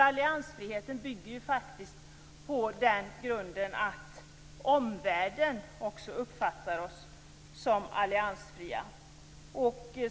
Alliansfriheten bygger på grunden att också omvärlden uppfattar oss som alliansfria.